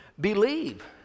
believe